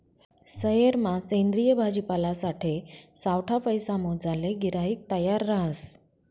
सयेरमा सेंद्रिय भाजीपालासाठे सावठा पैसा मोजाले गिराईक तयार रहास